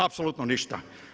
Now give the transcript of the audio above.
Apsolutno ništa.